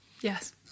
Yes